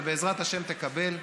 ובעזרת השם תקבל.